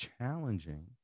challenging